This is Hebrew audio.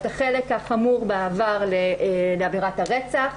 החלק החמור בה עבר לעבירת הרצח,